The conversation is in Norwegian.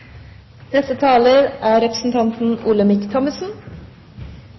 Neste taler er Olemic Thommessen.